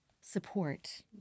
support